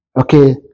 okay